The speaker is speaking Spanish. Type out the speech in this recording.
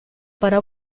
para